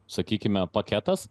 sakykime paketas